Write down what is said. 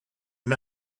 him